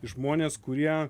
žmonės kurie